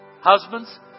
Husbands